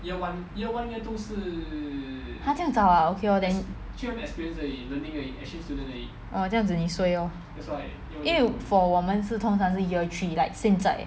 !huh! 这样早 ah okay lor then orh 这样子你 suay lor 因为 for 我们是通常是 year three like 现在